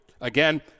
again